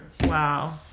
Wow